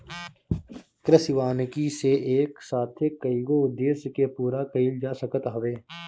कृषि वानिकी से एक साथे कईगो उद्देश्य के पूरा कईल जा सकत हवे